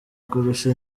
kurusha